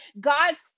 God's